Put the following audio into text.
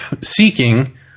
seeking